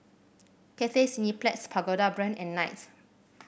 Cathay Cineplex Pagoda Brand and Knight